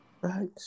Right